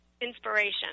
Inspiration